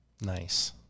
Nice